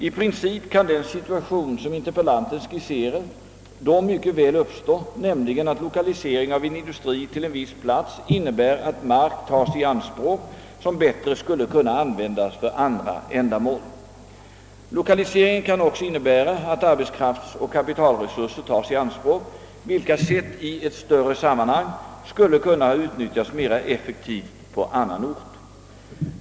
I princip kan den situation som interpellanten skisserar då mycket väl uppstå, nämligen att lokalisering av en industri till en viss plats innebär att mark tas i anspråk som bättre skulle kunna användas för andra ändamål. Lokaliseringen kan också innebära att arbetskraftsoch kapitalresurser tas i anspråk, vilka sedda i ett större sammanhang skulle kunna ha utnyttjats mera effektivt på en annan ort.